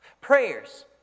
Prayers